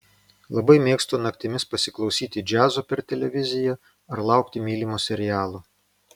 labai mėgstu naktimis pasiklausyti džiazo per televiziją ar laukti mylimo serialo